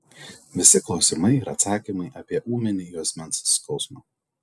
visi klausimai ir atsakymai apie ūminį juosmens skausmą